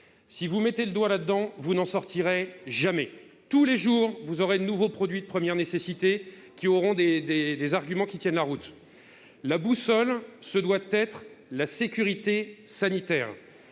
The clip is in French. Si vous mettez le doigt là-dedans, vous n'en sortirez jamais ! Tous les jours apparaîtront de nouveaux produits de première nécessité, forts d'arguments tenant la route. La boussole, ce doit être la sécurité sanitaire.